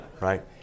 right